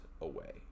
away